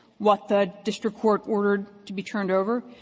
what the district court ordered to be turned over,